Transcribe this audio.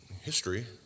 history